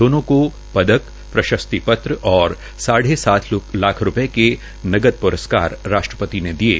दोनों को पदक प्रशस्ति पत्र और साढ़ सात लाख रूपये के नदक प्रस्कार राष्ट्रपति ने दिये